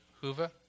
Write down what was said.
Hoover